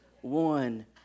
one